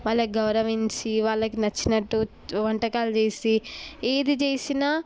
వాళ్ళకు గౌరవించి వాళ్ళకు నచ్చినట్టు వంటకాలు చేసి ఏది చేసినా